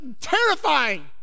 terrifying